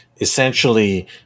essentially